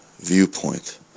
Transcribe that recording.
viewpoint